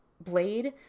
blade